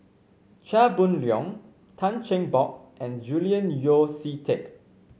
Chia Boon Leong Tan Cheng Bock and Julian Yeo See Teck